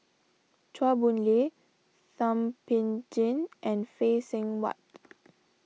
Chua Boon Lay Thum Ping Tjin and Phay Seng Whatt